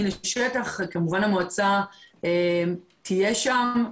כמובן המועצה תהיה שם,